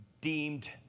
deemed